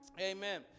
Amen